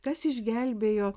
kas išgelbėjo